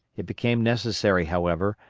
it became necessary, however,